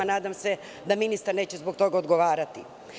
Nadam se da ministar neće zbog toga odgovarati.